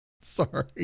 Sorry